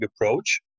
approach